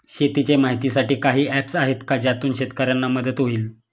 शेतीचे माहितीसाठी काही ऍप्स आहेत का ज्यातून शेतकऱ्यांना मदत होईल?